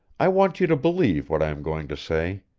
i want you to believe what i am going to say.